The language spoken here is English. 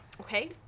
Okay